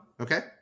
Okay